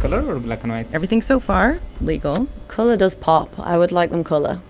color or black and white? everything so far legal color does pop. i would like them color